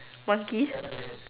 monkey